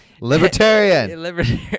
Libertarian